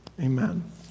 amen